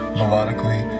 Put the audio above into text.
melodically